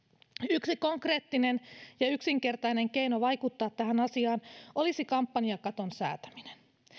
yksi konkreettinen ja yksinkertainen keino vaikuttaa tähän asiaan olisi kampanjakaton säätäminen